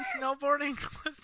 snowboarding